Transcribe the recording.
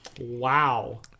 Wow